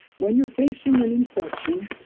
when you're facing an infection,